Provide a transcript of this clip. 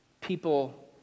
people